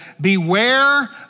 Beware